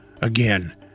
Again